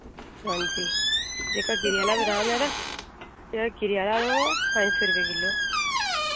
हांजी जेह्का गिरी आह्ला बदाम ऐ ना जेह्ड़ा गिरी आह्ला ते ओह् ऐ पंज सौ रपेऽ किलो